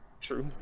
true